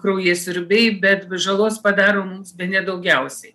kraujasiurbiai bet žalos padaro mums bene daugiausiai